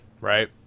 Right